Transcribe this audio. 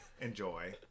Enjoy